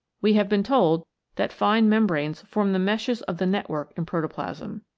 we have been told that fine membranes form the meshes of the network in protoplasm.